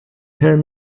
tell